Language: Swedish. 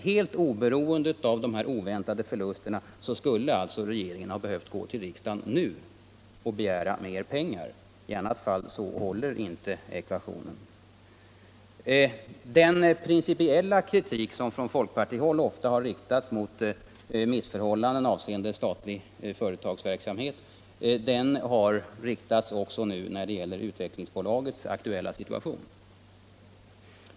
Helt oberoende av de oväntade förlusterna skulle alltså regeringen ha behövt vända sig till riksdagen nu för att begära mer pengar; i annat fall går ekvationen inte ut. Den principiella kritik som från folkpartihåll ofta har riktats mot missförhållanden avseende statlig företagsverksamhet har nu också riktats mot Utvecklingsbolaget och dess aktuella situation.